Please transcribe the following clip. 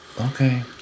Okay